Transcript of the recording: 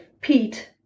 Pete